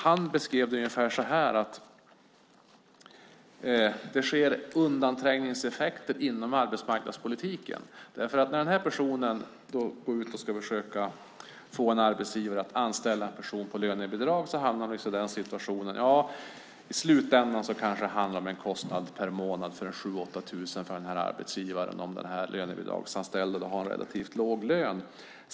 Han beskrev det som att det uppstår undanträngningseffekter inom arbetsmarknadspolitiken. När han ska försöka få en arbetsgivare att anställa en person på lönebidrag handlar det kanske i slutändan om en kostnad per månad på 7 000-8 000 för arbetsgivaren om den lönebidragsanställde har en relativt låg lön.